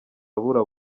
abura